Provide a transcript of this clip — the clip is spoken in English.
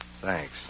Thanks